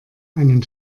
einen